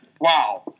Wow